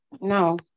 No